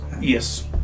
Yes